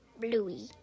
Bluey